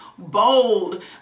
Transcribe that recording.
bold